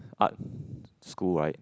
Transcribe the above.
art school right